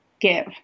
give